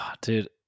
Dude